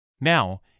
now